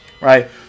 right